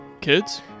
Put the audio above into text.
Kids